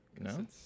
no